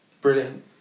brilliant